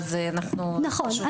נכון.